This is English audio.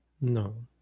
No